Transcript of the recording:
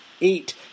eight